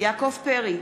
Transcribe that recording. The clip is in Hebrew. יעקב פרי,